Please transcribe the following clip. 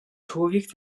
człowiek